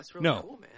No